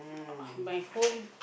my whole